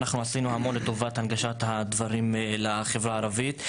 עשינו המון לטובת הנגשת הדברים לחברה הערבית.